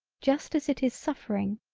just as it is suffering,